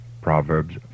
Proverbs